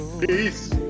Peace